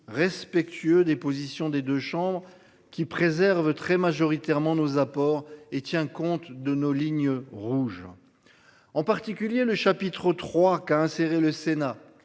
respectueux des positions des deux chambres qui préserve très majoritairement nos apports et tient compte de nos lignes rouges. En particulier le chapitre trois cas insérer le Sénat